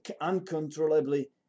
Uncontrollably